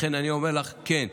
לכן אני אומר לך: כן.